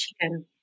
chicken